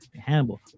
Hannibal